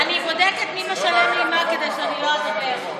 אני בודקת מי משלם לי מה כדי שאני לא אדבר.